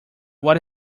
what